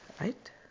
Right